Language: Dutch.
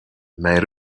mijn